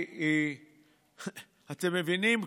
אתם מבינים?